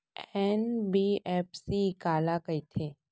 NBFC काला कहिथे?